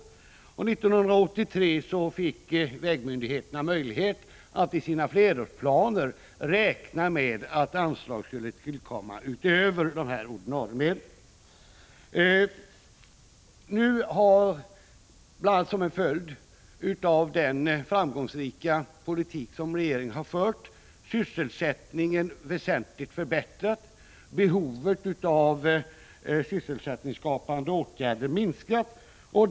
1983 fick vägmyndigheterna möjlighet att i sina flerårsplaner räkna med att anslag skulle tillkomma utöver dessa ordinarie medel. Nu har, bl.a. som en följd av den framgångsrika politik som regeringen har fört, sysselsättningen väsentligt förbättrats och behovet av sysselsättningsskapande åtgärder minskat.